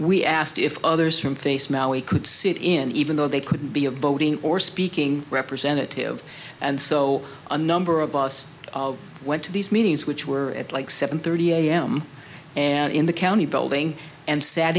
we asked if others from face mellie could sit in even though they couldn't be a voting or speaking representative and so a number of us went to these meetings which were at like seven thirty a m and in the county building and sat